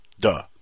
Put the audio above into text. Duh